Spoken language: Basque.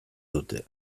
dute